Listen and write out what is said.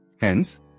Hence